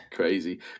Crazy